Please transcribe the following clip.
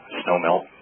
snowmelt